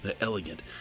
elegant